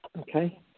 Okay